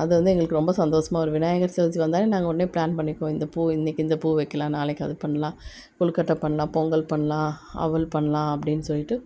அது வந்து எங்களுக்கு ரொம்ப சந்தோஷமா இருக்கும் விநாயகர் சதுர்த்தி வந்தாலே நாங்கள் ஒடனே ப்ளான் பண்ணிப்போம் இந்த பூ இன்னைக்கி இந்த பூ வைக்கலாம் நாளைக்கு அது பண்ணலாம் கொழுக்கட்ட பண்ணலாம் பொங்கல் பண்ணலாம் அவல் பண்ணலாம் அப்படின்னு சொல்லிவிட்டு